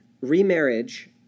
Remarriage